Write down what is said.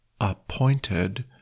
appointed